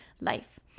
life